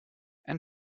and